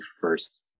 first